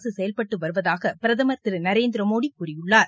அரசு செயல்பட்டு வருவதாக பிரதமர் திரு நரேந்திர மோடி கூறியுள்ளார்